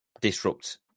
disrupt